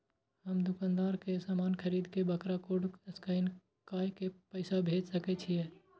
हम दुकानदार के समान खरीद के वकरा कोड स्कैन काय के पैसा भेज सके छिए?